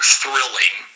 thrilling